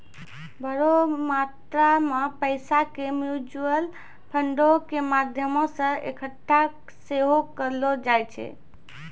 बड़ो मात्रा मे पैसा के म्यूचुअल फंडो के माध्यमो से एक्कठा सेहो करलो जाय छै